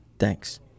Thanks